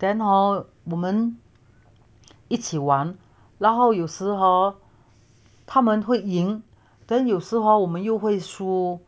then hor 我们一起玩然后有时 hor 他们会赢 then 有时 hor 我们又 lose